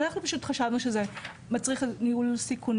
אנחנו פשוט חשבנו שזה מצריך ניהול סיכונים